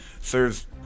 Serves